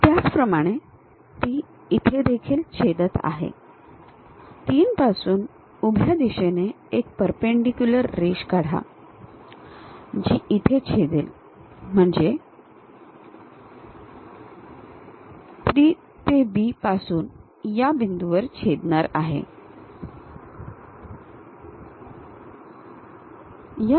त्याचप्रमाणे ती इथे देखील छेदत आहे 3 पासून उभ्या दिशेने एक परपेंडीक्युलर रेष काढा जी इथे छेदेल म्हणजे 3 ते B पासून या बिंदूवर छेदणार आहे